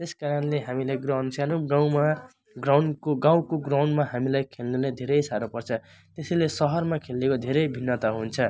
त्यस कारणले हामीले ग्राउन्ड सानो गाउँमा ग्राउन्डको गाउँको ग्राउन्डमा हामीलाई खेल्नुलाई धेरै साह्रो पर्छ त्यसैले सहरमा खेलेको धेरै भिन्नता हुन्छ